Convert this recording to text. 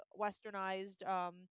westernized –